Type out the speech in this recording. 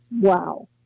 Wow